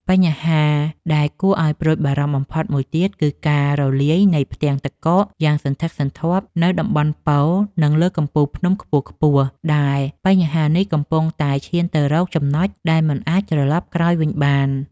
បញ្ហាដែលគួរឱ្យព្រួយបារម្ភបំផុតមួយទៀត គឺការរលាយនៃផ្ទាំងទឹកកកយ៉ាងសន្ធឹកសន្ធាប់នៅតំបន់ប៉ូល និងលើកំពូលភ្នំខ្ពស់ៗ ដែលបញ្ហានេះកំពុងតែឈានទៅរកចំណុចដែលមិនអាចត្រឡប់ក្រោយវិញបាន។